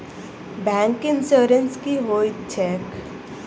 Bank insurance की होइत छैक?